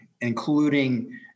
including